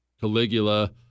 Caligula